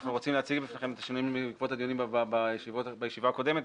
אנחנו רוצים להציג בפניכם את השינויים בעקבות הדיונים בישיבה הקודמת.